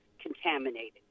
contaminated